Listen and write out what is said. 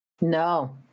No